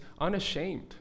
unashamed